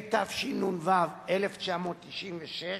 התשנ"ו 1996,